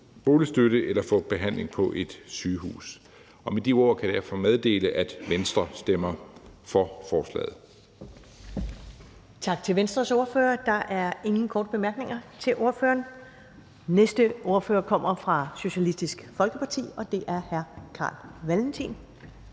boligstøtte eller at få behandling på et sygehus. Med de ord kan jeg meddele, at Venstre stemmer for forslaget.